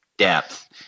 depth